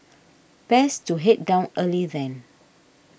best to head down early then